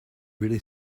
really